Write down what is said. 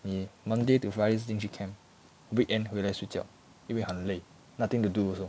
你 monday to friday 是进去 camp weekend 回来睡觉因为很累 nothing to do also